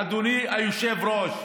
אדוני היושב-ראש,